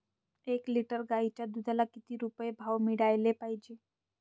एक लिटर गाईच्या दुधाला किती रुपये भाव मिळायले पाहिजे?